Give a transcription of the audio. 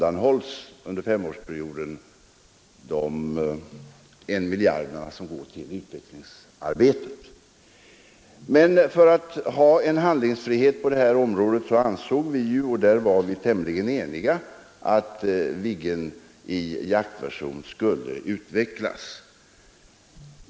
Men för att ha handlingsfrihet på detta område ansåg vi — och därom var vi tämligen eniga — att jaktversionen av Viggen skulle utvecklas.